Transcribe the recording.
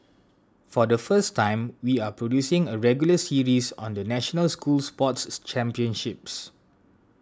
for the first time we are producing a regular series on the national school sports championships